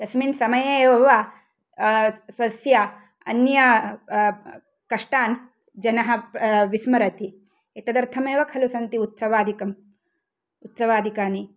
तस्मिन् समये एव व स्वस्य अन्य कष्टान् जनः विस्मरति एतदर्थमेव खलु सन्ति उत्सवादिकम् उत्सवादिकानि